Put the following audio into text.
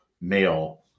male